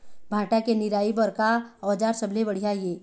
भांटा के निराई बर का औजार सबले बढ़िया ये?